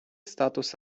статус